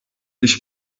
dış